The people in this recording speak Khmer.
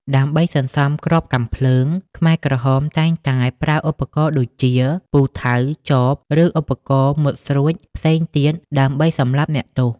ដើម្បីសន្សំគ្រាប់កាំភ្លើង ខ្មែរក្រហមតែងតែប្រើឧបករណ៍ដូចជា ពូថៅ ចប ឬឧបករណ៍មុតស្រួចផ្សេងទៀតដើម្បីសម្លាប់អ្នកទោស។